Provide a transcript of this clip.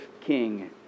King